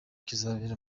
kizabera